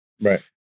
Right